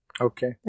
Okay